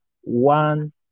one